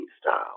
style